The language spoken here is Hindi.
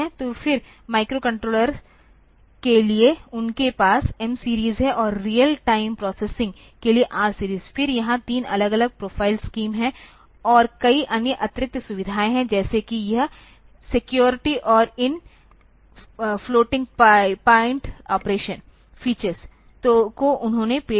तो फिर माइक्रोकंट्रोलर्स के लिए उनके पास M सीरीज़ है और रियल टाइम प्रोसेसिंग के लिए R सीरीज़ फिर यहाँ तीन अलग अलग प्रोफ़ाइल स्कीम हैं और कई अन्य अतिरिक्त सुविधाएँ हैं जैसे कि यह सिक्योरिटी और इन फ़्लोटिंग पॉइंट ऑपरेशन फीचर्स को उन्होंने पेश किया